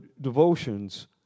devotions